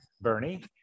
Bernie